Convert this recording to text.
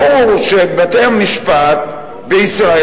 ברור שבתי-המשפט בישראל,